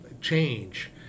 change